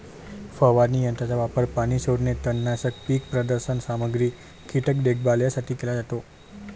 फवारणी यंत्राचा वापर पाणी सोडणे, तणनाशक, पीक प्रदर्शन सामग्री, कीटक देखभाल यासाठी केला जातो